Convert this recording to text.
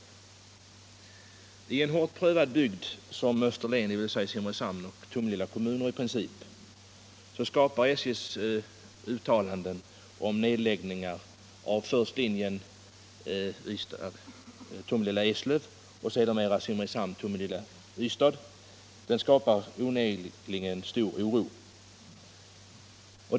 I en hårt prövad bygd som Österlen, dvs. i princip Simrishamns och Tomelilla kommuner, skapar SJ:s uttalanden om nedläggning av först linjen Tomelilla-Eslöv och sedermera linjen Simrishamn-Tomelilla-Ystad onekligen stor oro.